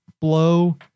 blow